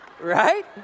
Right